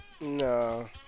No